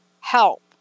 help